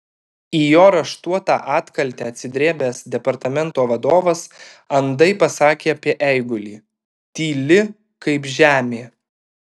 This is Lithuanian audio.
į jo raštuotą atkaltę atsidrėbęs departamento vadovas andai pasakė apie eigulį tyli kaip žemė